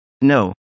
No